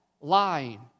lying